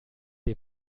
dem